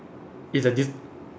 it's like this